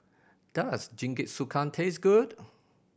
does Jingisukan taste good